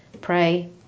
pray